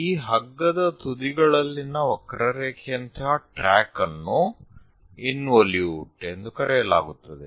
ಈ ಹಗ್ಗದ ತುದಿಗಳಲ್ಲಿನ ವಕ್ರರೇಖೆಯಂತಹ ಟ್ರ್ಯಾಕ್ ಅನ್ನು ಇನ್ವೊಲ್ಯೂಟ್ ಎಂದು ಕರೆಯಲಾಗುತ್ತದೆ